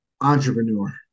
Entrepreneur